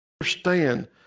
understand